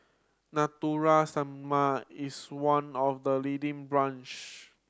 Natura is one of the leading brands